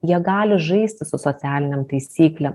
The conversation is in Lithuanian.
jie gali žaisti su socialinėm taisyklėm